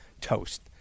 Toast